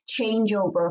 changeover